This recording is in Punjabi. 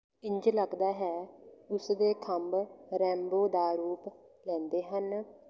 ਇੰਝ ਲੱਗਦਾ ਹੈ ਉਸਦੇ ਖੰਭ ਰੈਂਬੋ ਦਾ ਰੂਪ ਲੈਂਦੇ ਹਨ